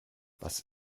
was